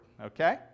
Okay